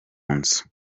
nzu